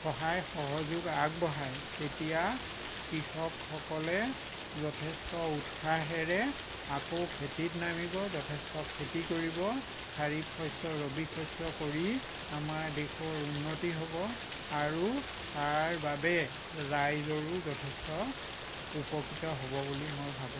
সহায় সহযোগ আগবঢ়ায় তেতিয়া কৃসকসকলে যথেষ্ট উৎসাহেৰে আকৌ খেতিত নামিব যথেষ্ট খেতি কৰিব খাৰিফ শস্য ৰবি শস্য কৰি আমাৰ দেশৰ উন্নতি হ'ব আৰু তাৰ বাবে ৰাইজৰো যথেষ্ট উপকৃত হ'ব বুলি মই ভাবোঁ